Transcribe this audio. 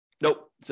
Nope